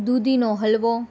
દુધીનો હલવો